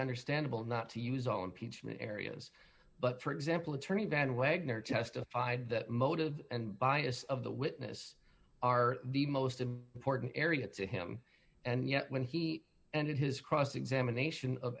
understandable not to use on pietschmann areas but for example attorney dan wegner testified that motive and bias of the witness are the most i'm reporting area to him and yet when he and his cross examination of